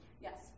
Yes